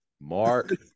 Mark